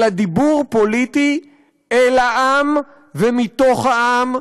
אלא דיבור פוליטי אל העם ומתוך העם,